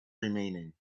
remaining